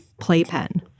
playpen